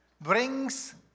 brings